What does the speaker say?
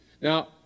Now